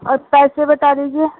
اور پیسے بتا دیجیے